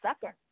Sucker